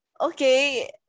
okay